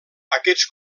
aquests